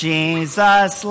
Jesus